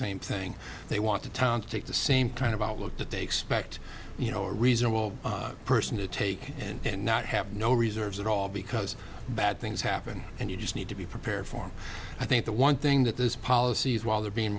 same thing they want to town take the same kind of outlook that they expect you know a reasonable person to take and not have no reserves at all because bad things happen and you just need to be prepared for i think the one thing that those policies while they're being